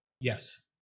Yes